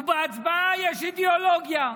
בהצבעה יש אידיאולוגיה: